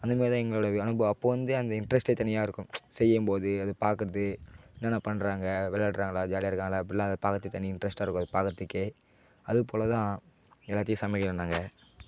அந்தமாரிதான் எங்களுக்கு அனுபவம் அப்போ வந்து அந்த இன்ட்ரெஸ்ட்டே தனியாக இருக்கும் செய்யும்போது அதை பார்க்குறது என்னென்னா பண்ணுறாங்க விளாடுறாங்களா ஜாலியாக இருக்காங்களா இப்படிலாம் அதை பார்க்குறத்துக்கு தனி இன்ட்ரெஸ்ட்டாக இருக்கும் அதை பார்க்குறத்துக்கே அதுப்போல்தான் எல்லாத்தையும் சமைக்கிறோம் நாங்கள்